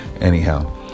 Anyhow